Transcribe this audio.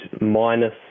minus